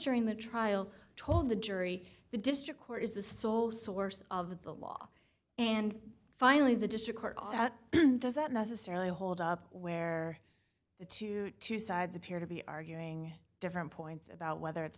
during the trial told the jury the district court is the sole source of the law and finally the district court does that necessarily hold up where the twenty two dollars sides appear to be arguing different points about whether it's